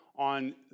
on